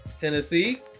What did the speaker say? tennessee